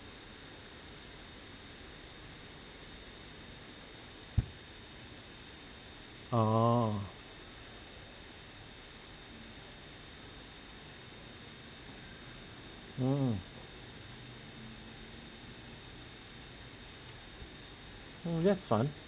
orh mm mm that's fun